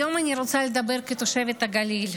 היום אני רוצה לדבר כתושבת הגליל.